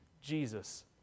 Jesus